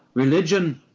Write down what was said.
religion,